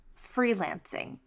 freelancing